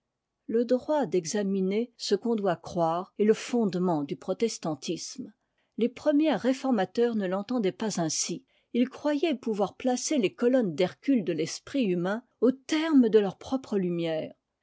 le droit d'examiner ce qu'on doit croire est le fondement du protestantisme les premiers réformateurs ne l'entendaient pas ainsi ils croyaient pouvoir placer les colonnes d'hercule de l'esprit humain au terme de leurs propres lumières